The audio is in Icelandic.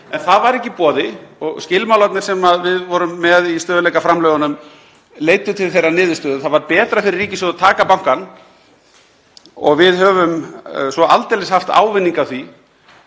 En það var ekki í boði og skilmálarnir sem við vorum með í stöðugleikaframlögunum leiddu til þeirrar niðurstöðu að það var betra fyrir ríkissjóð að taka bankann, og við höfum svo aldeilis haft ávinning af því.